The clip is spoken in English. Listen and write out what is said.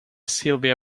sylvia